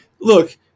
Look